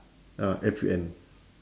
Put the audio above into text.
uh F U N